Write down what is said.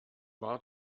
war